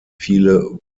viele